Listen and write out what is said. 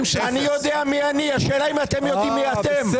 יודע מי אני, השאלה אם אתם יודעים מי אתם, בורים.